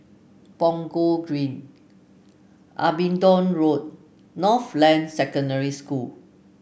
Punggol Green Abingdon Road Northland Secondary School